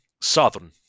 southern